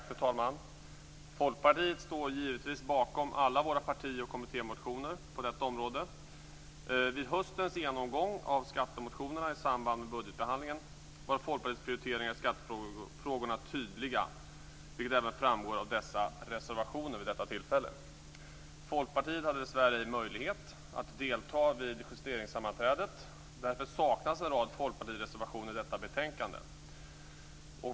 Fru talman! Vi i Folkpartiet står givetvis bakom alla våra parti och kommittémotioner på detta område. Vid höstens genomgång av skattemotionerna i samband med budgetbehandlingen var Folkpartiets prioritering av skattefrågorna tydlig, vilket även framgår av reservationerna vid det tillfället. Folkpartiet hade dessvärre ej möjlighet att delta vid justeringssammanträdet. Därför saknas en rad reservationer från Folkpartiet i detta betänkande.